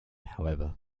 however